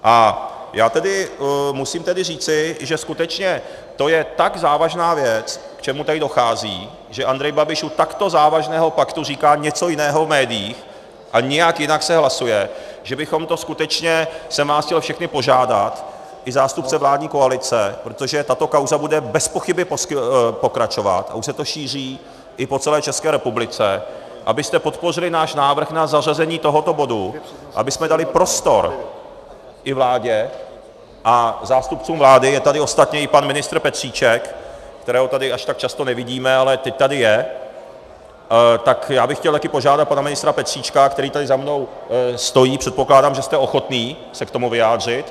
A já tedy musím říci, že skutečně to je tak závažná věc, k čemu tady dochází, že Andrej Babiš u takto závažného paktu říká něco jiného v médiích a nějak jinak se hlasuje, že bychom to skutečně chtěl jsem vás všechny požádat, i zástupce vládní koalice, protože tato kauza bude bezpochyby pokračovat a už se to šíří po celé České republice, abyste podpořili náš návrh na zařazení tohoto bodu, abychom dali prostor i vládě a zástupcům vlády je tady ostatně i pan ministr Petříček, kterého tady až tak často nevidíme, ale teď tady je, tak já bych chtěl také požádat pana ministra Petříčka, který tady za mnou stojí, předpokládám, že jste ochotný se k tomu vyjádřit?